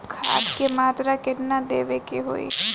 खाध के मात्रा केतना देवे के होखे?